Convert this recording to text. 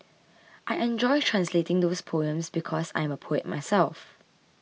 I enjoyed translating those poems because I am a poet myself